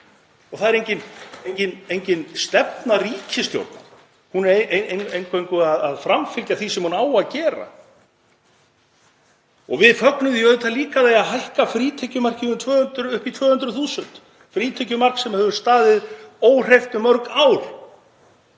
Það er engin stefna ríkisstjórnar, hún er eingöngu að framfylgja því sem hún á að gera. Við fögnum því auðvitað líka að það eigi að hækka frítekjumarkið upp í 200.000, frítekjumark sem hefur staðið óhreyft í mörg ár,